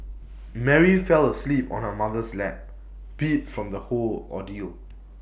Mary fell asleep on her mother's lap beat from the whole ordeal